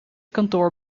kantoor